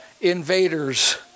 invaders